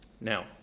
Now